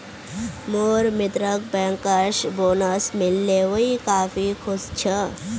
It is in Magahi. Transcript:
मोर मित्रक बैंकर्स बोनस मिल ले वइ काफी खुश छ